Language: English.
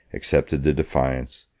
accepted the defiance,